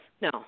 No